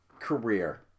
career